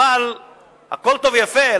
הכול טוב ויפה,